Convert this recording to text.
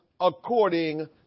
according